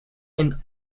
and